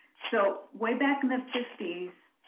so way back in the fifty s,